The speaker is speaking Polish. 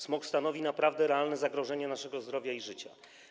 Smog stanowi naprawdę realne zagrożenie naszego zdrowia i życia.